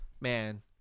Man